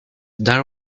there